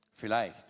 Vielleicht